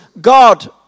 God